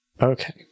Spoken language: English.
Okay